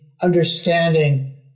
understanding